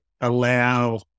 allow